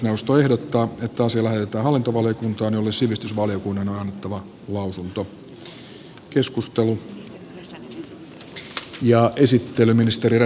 puhemiesneuvosto ehdottaa että asia lähetetään hallintovaliokuntaan jolle sivistysvaliokunnan on annettava lausunto